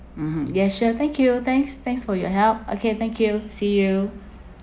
mmhmm yes sure thank you thanks thanks for your help okay thank you see you